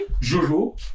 Jojo